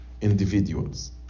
individuals